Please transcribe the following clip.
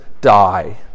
die